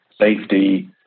safety